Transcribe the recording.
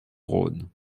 rhône